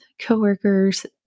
coworkers